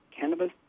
cannabis